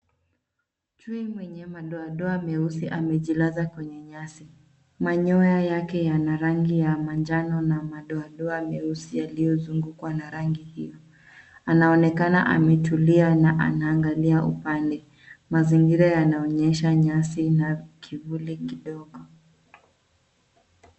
Chui mwenye madoadoa meusi amejilaza kwenye nyasi. Manyoya yake yana rangi ya manjano na madoadoa meusi yaliyozungukwa na rangi hii. Anaonekana ametulia na anaangalia upande. Mazingira yanaonyesha nyasi na kivuli kidogo.